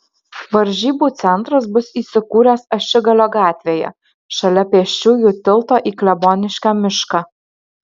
varžybų centras bus įsikūręs ašigalio gatvėje šalia pėsčiųjų tilto į kleboniškio mišką